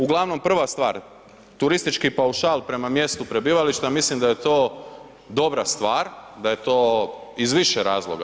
Uglavnom, prva stvar, turistički paušal prema mjestu prebivališta, mislim da je to dobra stvar, da je to iz više razloga.